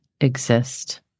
exist